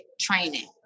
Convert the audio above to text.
training